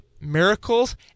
miracles